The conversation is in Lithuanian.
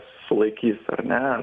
sulaikys ar ne